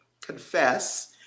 confess